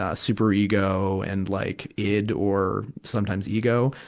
ah superego and like id or sometimes ego.